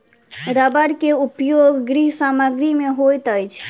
रबड़ के उपयोग गृह सामग्री में होइत अछि